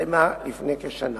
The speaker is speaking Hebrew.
שהסתיימה לפני כשנה.